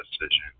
decision